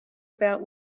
about